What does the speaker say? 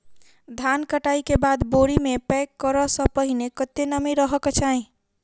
धान कटाई केँ बाद बोरी मे पैक करऽ सँ पहिने कत्ते नमी रहक चाहि?